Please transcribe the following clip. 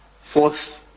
Fourth